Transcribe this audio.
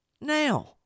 now